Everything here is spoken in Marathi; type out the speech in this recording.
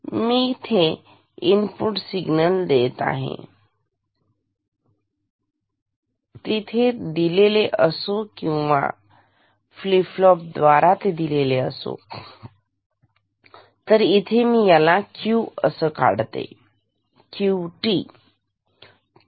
मी येथे इनपुट सिग्नल देत आहे ते थेट दिलेले असो किंवा फ्लीप फ्लॉप द्वारा दिलेले असो तर इथे मी असं क्यू काढते हा आहे Q T